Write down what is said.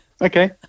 Okay